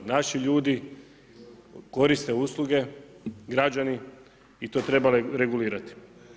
Naši ljudi koriste usluge, građani i to treba regulirati.